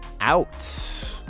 out